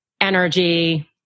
energy